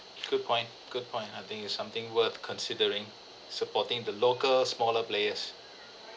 good point good point I think it's something worth considering supporting the local smaller players